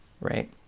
right